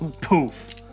Poof